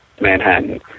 Manhattan